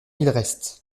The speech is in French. villerest